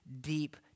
deep